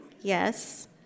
yes